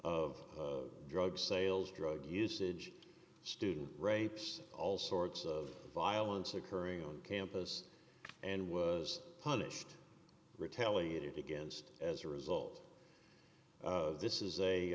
of drug sales drug usage student rapes all sorts of violence occurring on campus and was punished retaliated against as a result this is